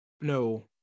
no